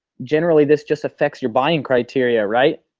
generally this just affects your buying criteria right.